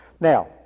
Now